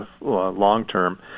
long-term